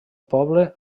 poble